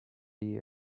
year